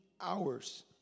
hours